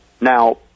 Now